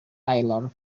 taylor